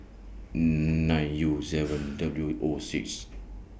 nine U seven W O six